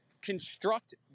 construct